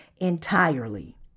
entirely